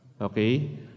Okay